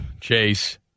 Chase